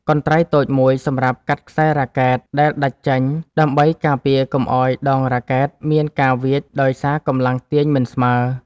កន្ត្រៃតូចមួយសម្រាប់កាត់ខ្សែរ៉ាកែតដែលដាច់ចេញ ដើម្បីការពារកុំឱ្យដងរ៉ាកែតមានការវៀចដោយសារកម្លាំងទាញមិនស្មើ។